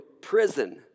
prison